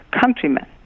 countrymen